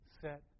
set